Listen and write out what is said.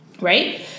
Right